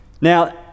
Now